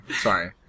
Sorry